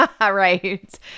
right